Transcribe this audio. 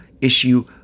issue